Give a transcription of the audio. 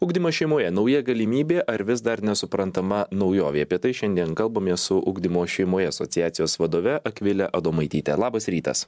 ugdymas šeimoje nauja galimybė ar vis dar nesuprantama naujovė apie tai šiandien kalbamės su ugdymo šeimoje asociacijos vadove akvile adomaityte labas rytas